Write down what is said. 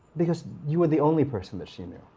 because you were the only person that she knew,